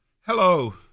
Hello